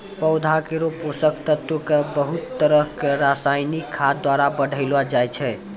पौधा केरो पोषक तत्व क बहुत तरह सें रासायनिक खाद द्वारा बढ़ैलो जाय छै